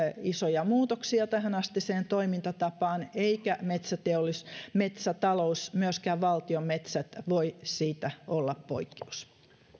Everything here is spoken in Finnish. isoja muutoksia tähänastiseen toimintatapaan eikä metsätalous myöskään valtion metsät voi siitä olla poikkeus